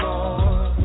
Lord